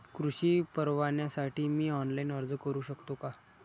कृषी परवान्यासाठी मी ऑनलाइन अर्ज करू शकतो का?